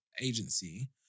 agency